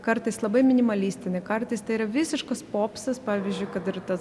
kartais labai minimalistinė kartais tai yra visiškas popsas pavyzdžiui kad ir tas